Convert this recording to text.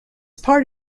part